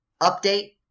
update